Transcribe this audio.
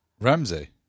Ramsey